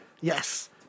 Yes